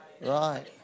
Right